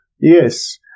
Yes